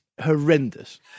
horrendous